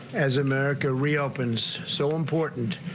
as america reopens so important.